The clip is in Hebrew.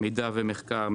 מידע ומחקר,